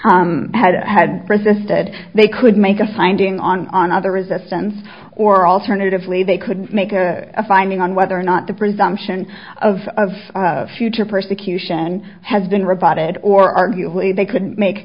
person had had persisted they could make a finding on on other resistance or alternatively they could make a finding on whether or not the presumption of future persecution has been rebutted or arguably they couldn't make